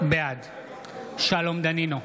בעד שלום דנינו,